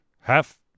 half